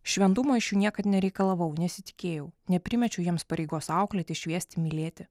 šventumo iš jų niekad nereikalavau nesitikėjau neprimečiau jiems pareigos auklėti šviesti mylėti